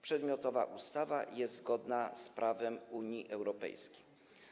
Przedmiotowa ustawa jest zgodna z prawem Unii Europejskiej.